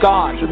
God